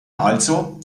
also